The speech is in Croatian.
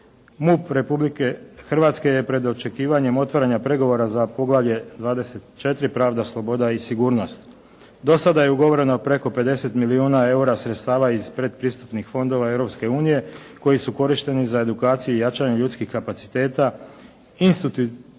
MUP Republike Hrvatske je pred očekivanjem otvaranja pregovara za poglavlje 24 – pravda, sloboda i sigurnost. Do sada je ugovoreno preko 50 milijuna eura sredstava iz predpristupnih fondova Europske unije koji su korišteni za edukaciju i jačanje ljudskih kapaciteta, institucionalno